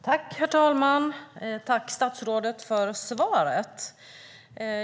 Herr talman! Tack, statsrådet, för svaret!